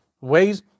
ways